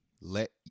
let